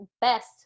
best